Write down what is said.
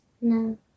No